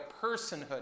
personhood